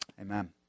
Amen